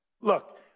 Look